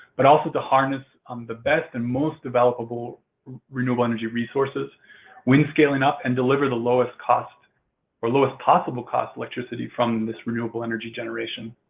but also to harness um the best and most developable renewable energy resources when scaling up, and deliver the lowest cost or lowest possible cost electricity from this renewable energy generation.